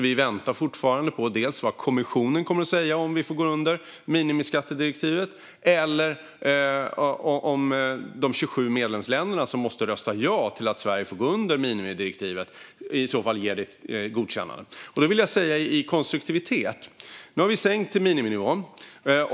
Vi väntar fortfarande på godkännande från kommissionen och från de 27 medlemsländerna, som måste rösta ja till att Sverige får gå under minimiskattedirektivet. För att vara konstruktiv säger jag så här: Nu har vi sänkt till miniminivån.